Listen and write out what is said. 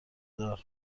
دار